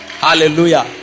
Hallelujah